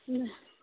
ᱦᱮᱸ